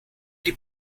die